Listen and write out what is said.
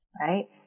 right